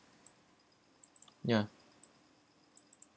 ya